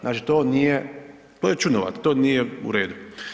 Znači to nije, to je čudnovato, to nije u redu.